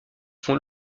font